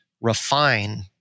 refine